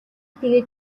тэгээд